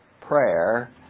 prayer